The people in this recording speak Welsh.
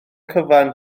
cyfan